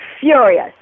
furious